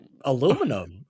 Aluminum